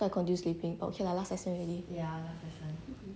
so I continue sleeping okay lah last lesson already